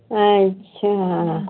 अच्छा